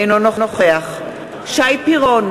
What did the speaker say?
אינו נוכח שי פירון,